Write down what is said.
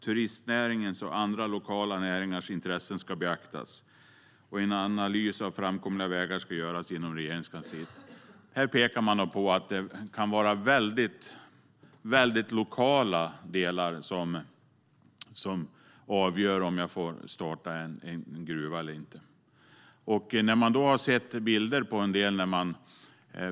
Turistnäringens och andra lokala näringars intressen ska beaktas. En analys av framkomliga vägar ska göras inom Regeringskansliet.Här pekar man på att det kan vara väldigt lokala delar som avgör om jag får starta en gruva eller inte. Man har sett bilder på en del.